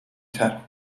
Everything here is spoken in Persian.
تره